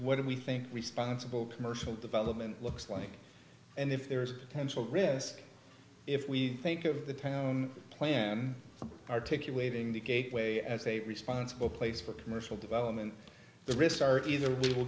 what we think responsible commercial development looks like and if there's a tension risk if we think of the town plan articulating the gateway as a responsible place for commercial development the risks are either we will